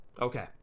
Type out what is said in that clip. Okay